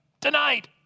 tonight